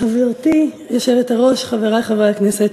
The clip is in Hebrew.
חברתי היושבת-ראש, חברי חברי הכנסת,